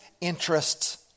interests